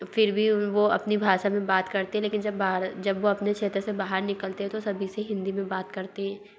फिर भी उन वो अपनी भाषा में बात करते हैं लेकिन जब बाहर जब वह अपने क्षेत्र से बाहर निकलते हैं तो सभी से हिन्दी में बात करते हैं